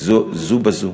זה בזה.